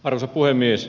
arvoisa puhemies